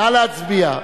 נא להצביע.